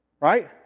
Right